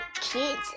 kids